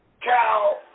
cow